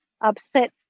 upset